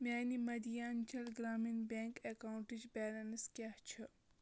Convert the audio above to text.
میانہِ مدھیانچل گرٛامیٖن بٮ۪نٛک اٮ۪کاونٹٕچ بٮ۪لنٕس کیٛاہ چھِ